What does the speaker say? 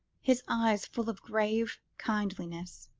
his eyes full of grave kindliness.